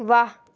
वाह